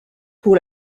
pour